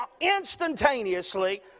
instantaneously